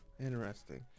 Interesting